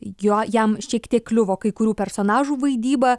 jo jam šiek tiek kliuvo kai kurių personažų vaidyba